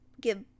give